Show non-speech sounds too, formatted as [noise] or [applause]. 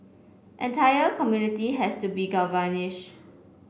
entire community has to be [unintelligible]